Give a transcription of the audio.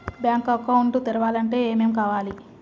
Bank account తెరవాలంటే ఏమేం కావాలి?